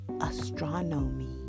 Astronomy